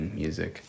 music